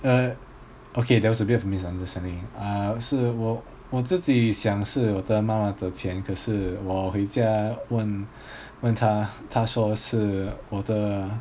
uh okay there was a bit of a misunderstanding ah 是我我自己想是我的妈妈的钱可是我回家问问她她说是我的